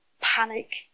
panic